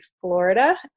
Florida